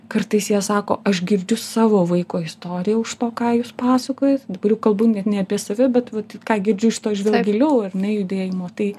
kartais jie sako aš girdžiu savo vaiko istoriją už to ką jūs pasakojat dabar jau kalbu net ne apie save bet vat ką girdžiu iš to žvelk giliau ar ne judėjimo tai